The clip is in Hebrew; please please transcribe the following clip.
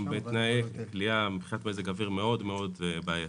שהם בתנאי כליאה מבחינת מזג אוויר מאוד מאוד בעייתיים,